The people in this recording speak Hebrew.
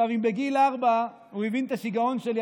אם בגיל ארבע הוא הבין את השיגעון שלי,